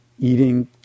eating